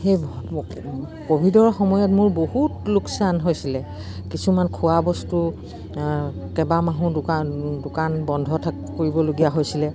সেই ক'ভিডৰ সময়ত মোৰ বহুত লোকচান হৈছিলে কিছুমান খোৱাবস্তু কেইবামাহো দোকান দোকান বন্ধ থাক কৰিবলগীয়া হৈছিলে